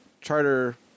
charter